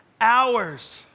hours